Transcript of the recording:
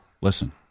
Listen